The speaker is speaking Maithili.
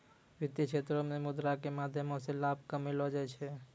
वित्तीय क्षेत्रो मे मुद्रा के माध्यमो से लाभ कमैलो जाय छै